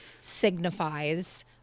signifies